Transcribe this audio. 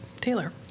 Taylor